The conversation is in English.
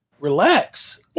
relax